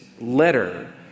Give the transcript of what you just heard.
letter